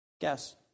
guess